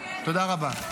תודה רבה.